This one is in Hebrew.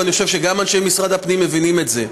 ואני חושב שגם אנשי משרד הפנים מבינים את זה: